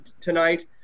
tonight